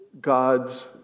God's